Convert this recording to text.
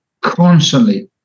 Constantly